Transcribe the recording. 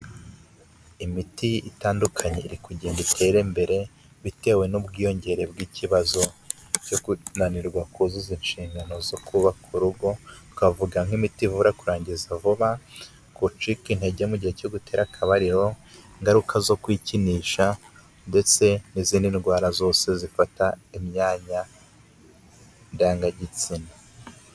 Imiti itandukanye iri kugenda itere imbere bitewe n'ubwiyongere bw'ikibazo cyo kunanirwa kuzuza inshingano zo kubaka urugo, twavuga nk'imiti ivura kurangiza vuba, gucika intege mu gihe cyo gutera akabariro, ingaruka zo kwikinisha ndetse n'izindi ndwara zose zifata imyanya ndangagitsina.